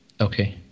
Okay